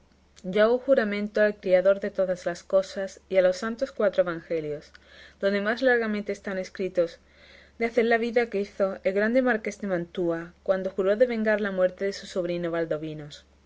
yo hago juramento al criador de todas las cosas y a los santos cuatro evangelios donde más largamente están escritos de hacer la vida que hizo el grande marqués de mantua cuando juró de vengar la muerte de su sobrino valdovinos